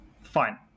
Fine